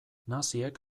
naziek